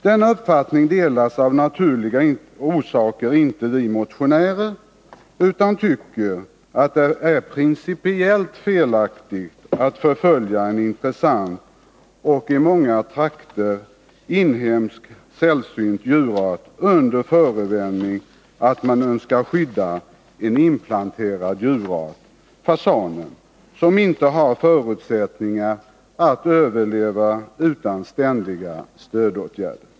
Denna uppfattning delar av naturliga orsaker inte vi motionärer, utan vi tycker att det är principiellt felaktigt att förfölja en intressant och i många trakter sällsynt inhemsk djurart under förevändning att man skall skydda en inplanterad djurart, fasanen, som inte har förutsättningar att överleva utan ständiga stödåtgärder.